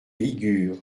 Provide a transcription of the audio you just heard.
ligures